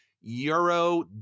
Euro